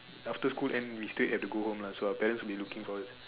after school end we still have to go home so our parents would be looking for us